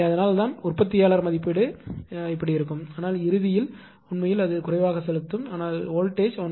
எனவே அதனால் தான் உற்பத்தியாளர் மதிப்பீடு இப்படி இருக்கும் ஆனால் இறுதியில் உண்மையில் அது குறைவாக செலுத்தும் ஆனால் வோல்டேஜ்1